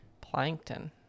plankton